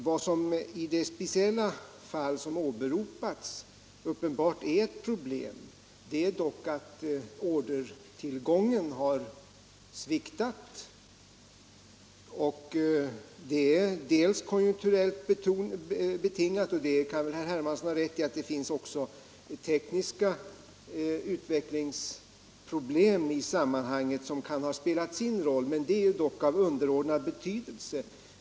Ett problem i det speciella fall som har åberopats är dock att orderingången har sviktat. Det är delvis konjunkturellt betingat, och herr Hermansson kan väl ha rätt i att också tekniska utvecklingsproblem kan ha spelat sin roll i sammanhanget, men de är ändå av underordnad betydelse.